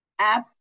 apps